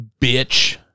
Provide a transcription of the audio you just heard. Bitch